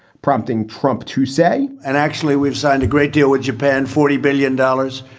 prompting trump to say and actually, we've signed a great deal with japan, forty billion dollars.